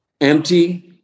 empty